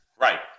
Right